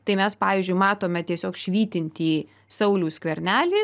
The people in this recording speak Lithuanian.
tai mes pavyzdžiui matome tiesiog švytintį saulių skvernelį